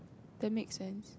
that makes sense